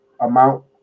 amount